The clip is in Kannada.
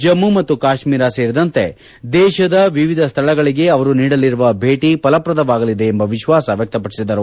ಜಮ್ನು ಮತ್ತು ಕಾಶ್ನೀರ ಸೇರಿದಂತೆ ದೇಶದ ವಿವಿಧ ಸ್ನಳಗಳಿಗೆ ಅವರು ನೀಡಲಿರುವ ಭೇಟ ಫಲಪ್ರದವಾಗಲಿದೆ ಎಂಬ ವಿಶ್ವಾಸ ವ್ಯಕ್ಷಪಡಿಸಿದರು